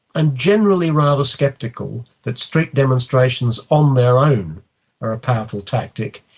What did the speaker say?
i'm generally rather sceptical that street demonstrations on their own are a powerful tactic.